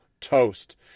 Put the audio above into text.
toast